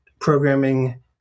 programming